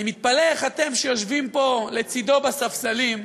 אני מתפלא איך אתם, שיושבים פה לצדו בספסלים,